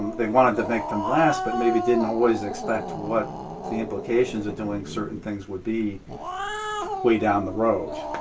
they wanted to make them last, but maybe didn't always expect what the implications of doing certain things would be way down the road.